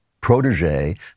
protege